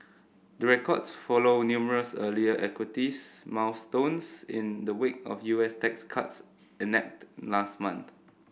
the records follow numerous earlier equities milestones in the wake of U S tax cuts enacted last month